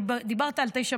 דיברת על 9 מיליארד,